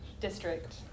district